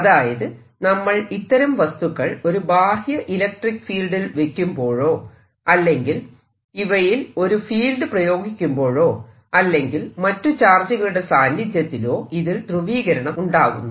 അതായത് നമ്മൾ ഇത്തരം വസ്തുക്കൾ ഒരു ബാഹ്യ ഇലക്ട്രിക്ക് ഫീൽഡിൽ വെക്കുമ്പോഴോ അല്ലെങ്കിൽ ഇവയിൽ ഒരു ഫീൽഡ് പ്രയോഗിക്കുമ്പോഴോ അല്ലെങ്കിൽ മറ്റു ചാർജുകളുടെ സാന്നിധ്യത്തിലോ ഇതിൽ ധ്രുവീകരണം ഉണ്ടാകുന്നു